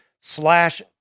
slash